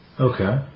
Okay